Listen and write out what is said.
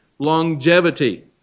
longevity